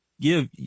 give